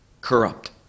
corrupt